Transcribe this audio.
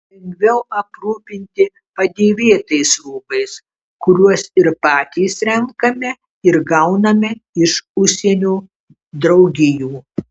lengviau aprūpinti padėvėtais rūbais kuriuos ir patys renkame ir gauname iš užsienio draugijų